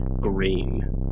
green